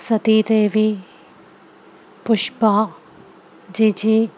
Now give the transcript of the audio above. Sathidevi Pushpa Jiji